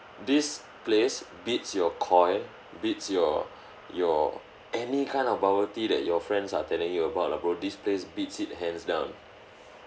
this place beats your Koi beats your your any kind of bubble tea that your friends are telling you about lah bro this place beats it hands down